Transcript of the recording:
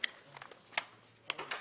נכון.